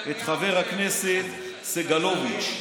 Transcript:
את חבר הכנסת סגלוביץ'.